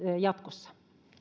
jatkossa